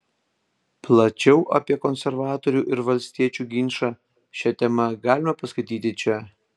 plačiau apie konservatorių ir valstiečių ginčą šia tema galima paskaityti čia